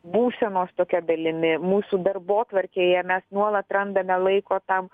būsenos tokia dalimi mūsų darbotvarkėje mes nuolat randame laiko tam